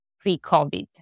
pre-COVID